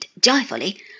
joyfully